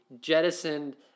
jettisoned